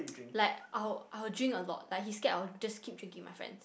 like I'll I will drink a lot like he scared of I will just keep drinking with my friends